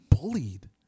bullied